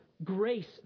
grace